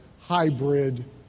hybrid